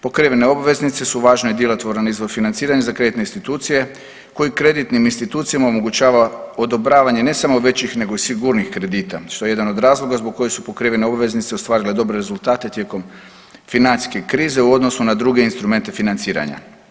Pokrivene obveznice su važan i djelotvoran izvor financiranja za kreditne institucije koje kreditnim institucijama omogućava odobravanje ne samo većih nego i sigurnijih kredita što je jedan od razloga zbog kojeg su pokrivene obveznice ostvarile dobre rezultate tijekom financijske krize u odnosu na druge instrumente financiranja.